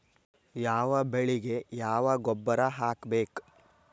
ಯಾವ ಬೆಳಿಗೆ ಯಾವ ಗೊಬ್ಬರ ಹಾಕ್ಬೇಕ್?